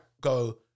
go